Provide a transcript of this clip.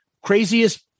craziest